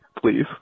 please